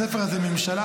בספר הזה "ממשלה,